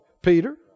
Peter